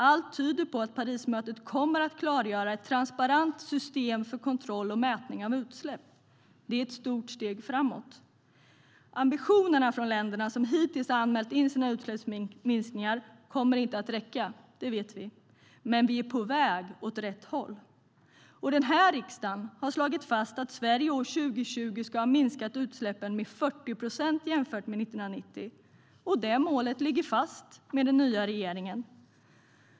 Allt tyder på att Parismötet kommer att klargöra ett transparent system för kontroll och mätning av utsläpp. Det är ett stort steg framåt. Att ambitionerna från länderna som hittills har anmält sina utsläppsminskningar inte kommer att räcka vet vi. Men vi är på väg åt rätt håll. Den här riksdagen har slagit fast att Sverige år 2020 ska ha minskat utsläppen med 40 procent jämfört med 1990. Det målet ligger fast med den nya regeringen.